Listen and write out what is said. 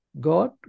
God